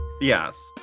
Yes